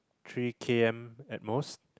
three K_M at most